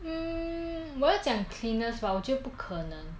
mm 我要讲 cleaners but 我觉得不可能